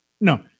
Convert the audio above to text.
No